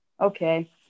Okay